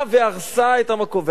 באה והרסה את המקום.